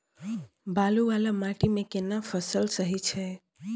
बालू वाला माटी मे केना फसल सही छै?